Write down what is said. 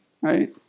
right